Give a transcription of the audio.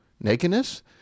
Nakedness